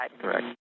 correct